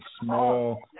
small